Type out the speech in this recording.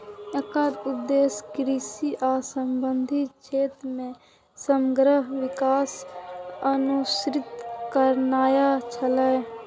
एकर उद्देश्य कृषि आ संबद्ध क्षेत्र मे समग्र विकास सुनिश्चित करनाय छियै